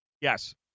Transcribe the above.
Yes